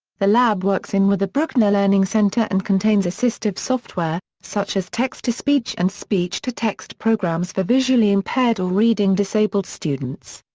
the lab works in with the bruckner learning center and contains assistive software, such as text-to-speech and speech-to-text programs for visually impaired or reading disabled students.